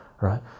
right